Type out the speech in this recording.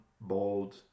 bold